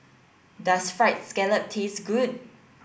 does fried scallop taste good